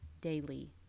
daily